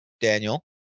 Daniel